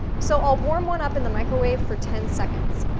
so i'll warm one up in the microwave for ten seconds.